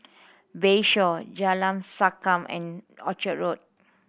Bayshore Jalan Sankam and Orchard Road